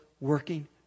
working